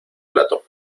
plato